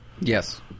yes